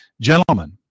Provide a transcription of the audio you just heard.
Gentlemen